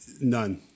None